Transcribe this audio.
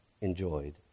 enjoyed